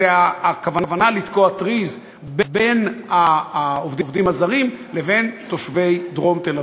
הוא על הכוונה לתקוע טריז בין העובדים הזרים לבין תושבי דרום תל-אביב.